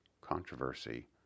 controversy